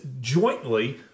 jointly